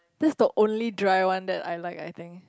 this the only dry one that I like I think